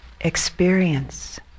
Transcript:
experience